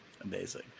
Amazing